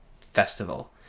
festival